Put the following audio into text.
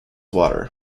water